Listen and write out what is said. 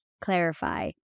clarify